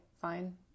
fine